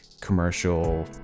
commercial